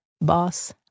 boss